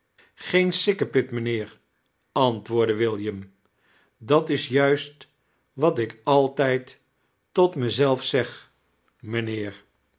geen sikkepit mijnheer antwoordde wijliam dat is juist wat ik altijd tot mijzelf zeg mijnheer